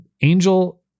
Angel